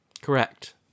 Correct